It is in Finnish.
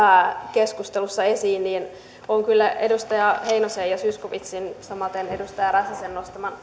keskustelussa esiin niin olen kyllä edustaja heinosen ja zyskowiczin samaten edustaja räsäsen